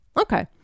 Okay